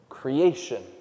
creation